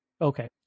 Okay